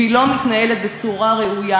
והיא לא מתנהלת בצורה ראויה,